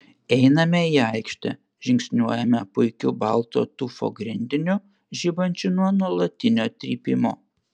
einame į aikštę žingsniuojame puikiu balto tufo grindiniu žibančiu nuo nuolatinio trypimo